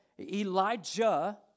Elijah